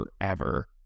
forever